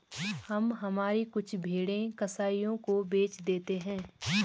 हम हमारी कुछ भेड़ें कसाइयों को बेच देते हैं